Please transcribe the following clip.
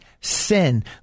sin